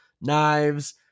knives